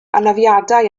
anafiadau